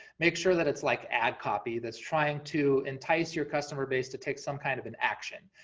make sure that it's like ad copy, that's trying to entice your customer base to take some kind of an action.